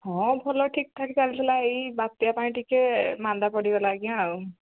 ହଁ ଭଲ ଠିକ୍ ଠାକ୍ ଚାଲି ଥିଲା ଏଇ ବାତ୍ୟା ପାଇଁ ଟିକେ ମାନ୍ଦା ପଡ଼ିଗଲା ଆଜ୍ଞା ଆଉ